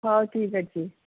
ହଉ ଠିକ୍ ଅଛି